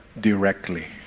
directly